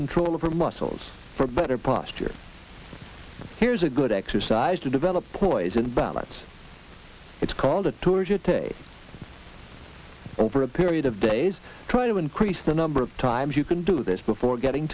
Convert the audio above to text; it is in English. control of her muscles for better posture here's a good exercise to develop poison balance it's called a torture tape over a period of days try to increase the number of times you can do this before getting